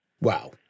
Wow